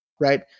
Right